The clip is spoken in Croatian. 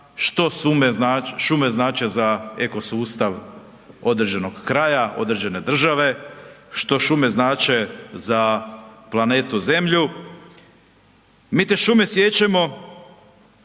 što šume znače za eko sustav određenog kraja, određene države, što šume znače za planetu zemlju. Mi te šume siječemo